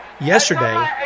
yesterday